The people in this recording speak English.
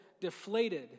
deflated